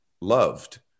loved